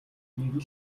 нэг